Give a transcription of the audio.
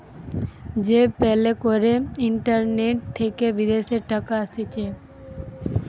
pay প্যালে করে internet থেকে বিদেশের টাকা আসতিছে